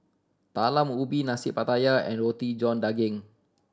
Talam Ubi Nasi Pattaya and Roti John Daging